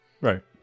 Right